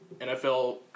NFL